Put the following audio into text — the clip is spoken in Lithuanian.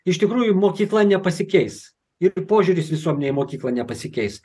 iš tikrųjų mokykla nepasikeis ir požiūris visuomenėj į mokyklą nepasikeis